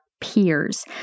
peers